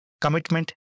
commitment